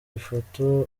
ifoto